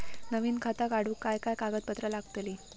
नवीन खाता काढूक काय काय कागदपत्रा लागतली?